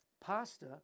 pasta